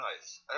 nice